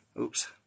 Oops